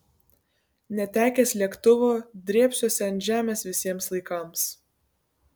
netekęs lėktuvo drėbsiuosi ant žemės visiems laikams